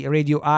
Radio